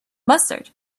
mustard